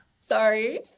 Sorry